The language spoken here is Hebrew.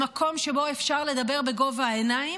למקום שבו אפשר לדבר בגובה העיניים,